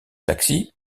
taxi